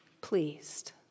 pleased